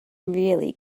really